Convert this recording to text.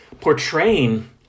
portraying